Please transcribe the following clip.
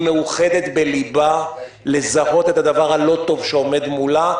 היא מאוחדת בליבה לזהות את הדבר הלא טוב שעומד מולה,